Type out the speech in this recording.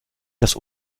das